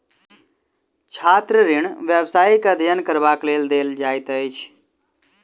छात्र ऋण व्यवसायिक अध्ययन करबाक लेल देल जाइत अछि